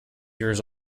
years